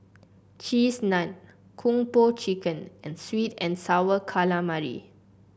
Cheese Naan Kung Po Chicken and sweet and sour calamari